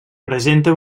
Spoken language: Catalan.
presenta